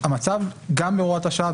המצב גם בהוראת השעה,